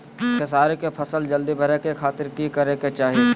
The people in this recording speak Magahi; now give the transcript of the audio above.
खेसारी के फसल जल्दी बड़े के खातिर की करे के चाही?